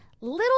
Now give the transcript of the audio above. Little